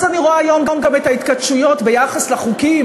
אז אני רואה היום גם את ההתכתשויות ביחס לחוקים